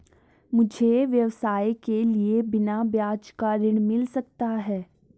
मुझे व्यवसाय के लिए बिना ब्याज का ऋण मिल सकता है?